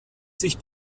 sich